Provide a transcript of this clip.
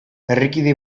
herrikide